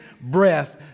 breath